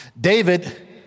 David